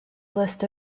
list